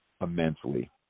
immensely